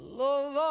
love